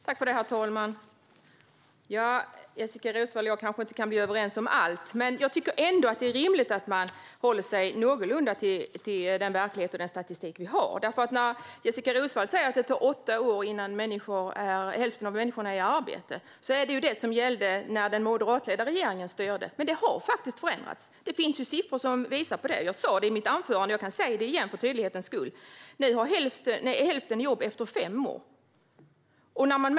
Herr talman! Jessika Roswall och jag kanske inte kan vara överens om allt. Men jag tycker att det är rimligt att man håller sig någorlunda till den verklighet och den statistik vi har. Jessika Roswall säger att det tar åtta år innan hälften av de här människorna är i arbete. Det gällde när den moderatledda regeringen styrde. Men det har förändrats. Det finns siffror som visar på det, och jag sa det i mitt anförande. Jag kan för tydlighetens skull säga det igen: Nu har hälften jobb efter fem år.